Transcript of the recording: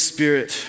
Spirit